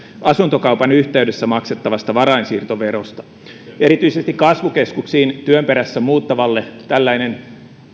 asuntokaupan yhteydessä maksettavasta varainsiirtoverosta erityisesti kasvukeskuksiin työn perässä muutettaessa tällainen